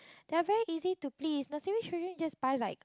they are very easy to please nursery children just buy like